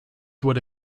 would